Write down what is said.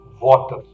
water